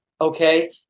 okay